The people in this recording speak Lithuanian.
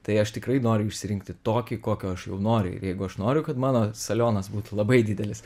tai aš tikrai noriu išsirinkti tokį kokio aš jau noriu jeigu aš noriu kad mano salionas būtų labai didelis